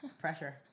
Pressure